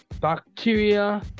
Bacteria